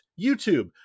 YouTube